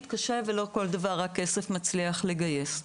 קשה ולא כל דבר רק כסף מצליח לגייס.